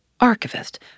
Archivist